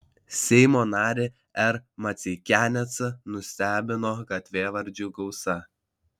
seimo narį r maceikianecą nustebino gatvėvardžių gausa